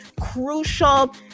crucial